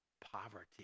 poverty